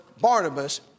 Barnabas